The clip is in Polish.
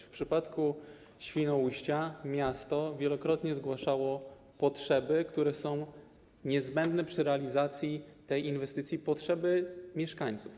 W przypadku Świnoujścia miasto wielokrotnie zgłaszało potrzeby, które są niezbędne przy realizacji tej inwestycji, chodzi o potrzeby mieszkańców.